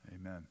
Amen